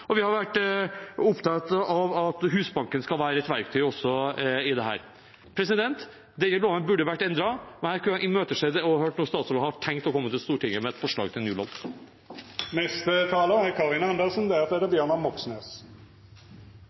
og vi har vært opptatt av at Husbanken skal være et verktøy i dette. Denne loven burde vært endret, og jeg imøteser å høre om statsråden har tenkt å komme til Stortinget med et forslag til ny lov. Regjeringspartienes argumenter er